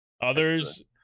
others